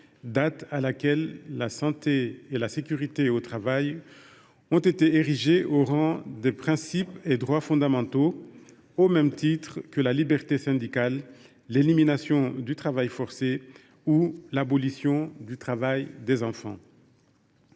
date à laquelle la santé et la sécurité au travail ont été érigées au rang des principes et droits fondamentaux, au même titre que la liberté syndicale, l’élimination du travail forcé ou l’abolition du travail des enfants.